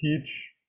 teach